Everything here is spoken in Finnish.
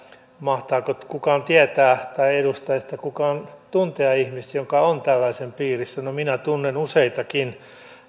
mahtaako kukaan tietää tai edustajista kukaan tuntea ihmistä joka on tällaisen piirissä no minä tunnen useitakin ja